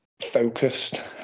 focused